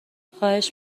خواهش